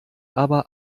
aber